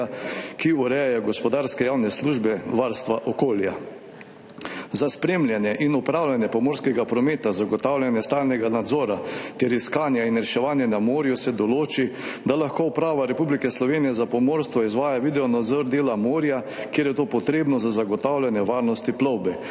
ki urejajo gospodarske javne službe varstva okolja. Za spremljanje in upravljanje pomorskega prometa, zagotavljanje stalnega nadzora ter iskanje in reševanje na morju se določi, da lahko Uprava Republike Slovenije za pomorstvo izvaja videonadzor dela morja, kjer je to potrebno za zagotavljanje varnosti plovbe.